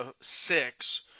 six